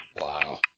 Wow